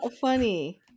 funny